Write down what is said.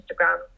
Instagram